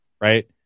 right